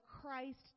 Christ